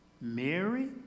Mary